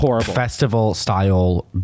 festival-style